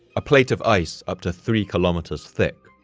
a plate of ice up to three kilometers thick,